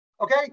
Okay